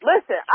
listen